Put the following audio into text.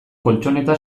koltxoneta